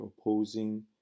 opposing